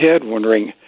wondering